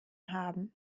haben